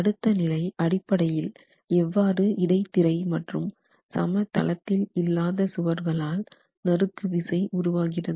அடுத்த நிலை அடிப்படையில் எவ்வாறு இடைத்திரை மற்றும் சமதளத்தில் இல்லாத சுவர்களால் நறுக்கு விசை உருவாகிறது